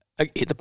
okay